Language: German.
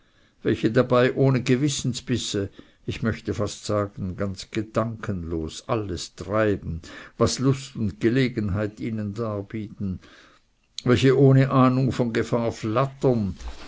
welche dabei ohne gewissensbisse ich mochte fast sagen ganz gedankenlos alles treiben was lust und gelegenheit ihnen darbieten welche ohne ahnung von gefahr flattern